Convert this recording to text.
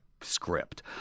script